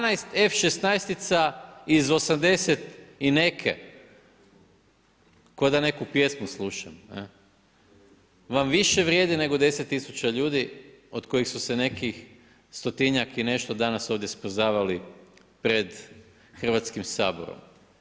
12 F-16 iz '80 i neke, kao da neku pjesmu slušam vam više vrijedi nego 10 tisuća ljudi od kojih su se neki 100-njak i nešto danas ovdje smrzavali pred Hrvatskim saborom.